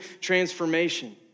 transformation